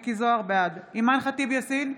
אימאן ח'טיב יאסין,